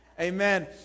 Amen